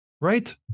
Right